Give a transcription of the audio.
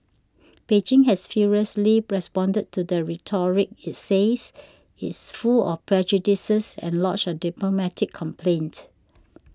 Beijing has furiously responded to the rhetoric it says is full of prejudices and lodged a diplomatic complaint